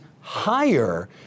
higher